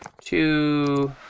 two